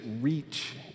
reach